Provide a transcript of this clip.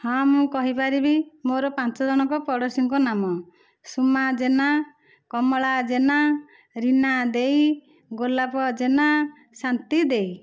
ହଁ ମୁଁ କହିପାରିବି ମୋର ପାଞ୍ଚ ଜଣଙ୍କ ପଡ଼ୋଶୀଙ୍କ ନାମ ସୁମା ଜେନା କମଳା ଜେନା ରୀନା ଦେଈ ଗୋଲାପ ଜେନା ଶାନ୍ତି ଦେଈ